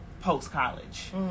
post-college